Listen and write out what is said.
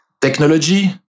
technology